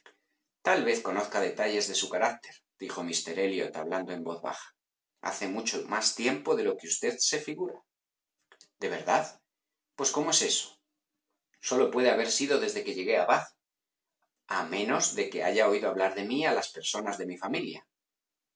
tal vez conozca detalles de u carácterdijo míster elliot hablando en voz bajahace mucho más tiempo de lo que usted se figura de verdad pues cómo es eso sólo puede haber sido desde que llegué a bath a menos de que haya oído hablar de mí a las personas de mi familia